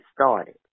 started